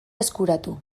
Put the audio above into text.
eskuratu